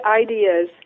ideas